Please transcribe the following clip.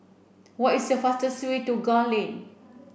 what is the fastest way to Gul Lane